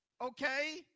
Okay